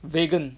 vegan